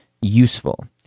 useful